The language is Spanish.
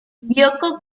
bioko